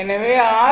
எனவே ஆர்